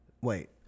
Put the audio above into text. Wait